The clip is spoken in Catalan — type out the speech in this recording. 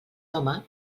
home